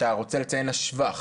שאתה רוצה לציין לשבח.